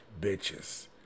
bitches